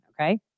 okay